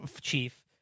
chief